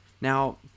Now